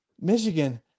michigan